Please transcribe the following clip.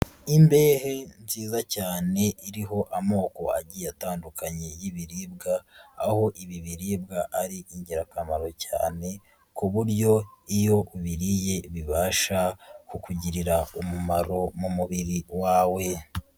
Imbehe nziza cyane iriho amoko agiye atandukanye y'ibiribwa aho ibi biribwa ari ingirakamaro cyane ku buryo iyo ubiriye bibasha kukugirira umumaro mu mubiri wawe.